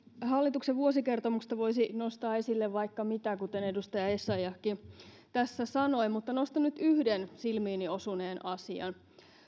hallituksen vuosikertomuksesta voisi nostaa esille vaikka mitä kuten edustaja essayahkin tässä sanoi mutta nostan nyt yhden silmiini osuneen asian